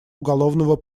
уголовного